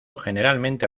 generalmente